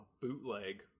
bootleg